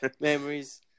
memories